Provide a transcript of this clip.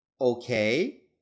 Okay